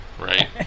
Right